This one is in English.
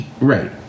Right